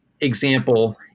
example